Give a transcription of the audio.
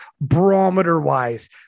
barometer-wise